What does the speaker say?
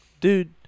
dude